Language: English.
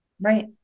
right